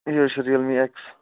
یہِ حظ چھُ رِیل می ایٚکٕس